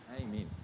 Amen